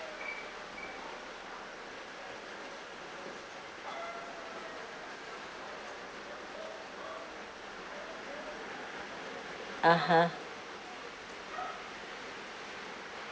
(uh huh)